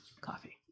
coffee